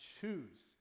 choose